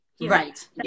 Right